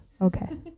okay